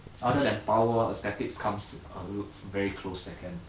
other than power aesthetics comes alo~ very close second